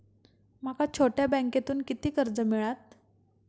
माका छोट्या बँकेतून किती कर्ज मिळात?